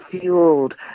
fueled